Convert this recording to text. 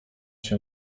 się